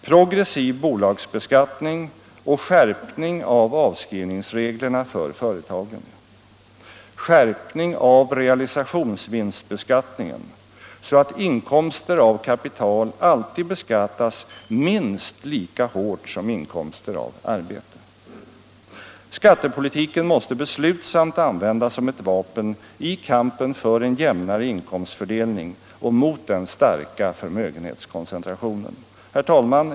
Progressiv bolagsbeskattning och skärpning av avskrivningsreglerna för företagen. Skärpning av realisationsvinstbeskattningen, så att inkomster av kapital alltid beskattas minst lika hårt som inkomster av arbete. Skattepolitiken måste beslutsamt användas som ett vapen i kampen för en jämnare inkomstfördelning och mot den starka förmögenhetskoncentrationen. Herr talman!